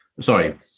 sorry